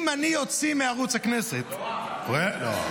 אם אני אוציא מערוץ הכנסת, לא.